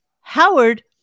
Howard